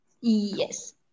Yes